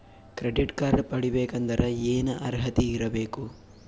Credit card ಪಡಿಬೇಕಂದರ ಏನ ಅರ್ಹತಿ ಇರಬೇಕು?